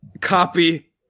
copy